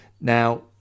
now